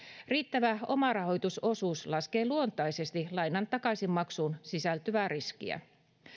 riittävä omarahoitusosuus laskee luontaisesti lainan takaisinmaksuun sisältyvää riskiä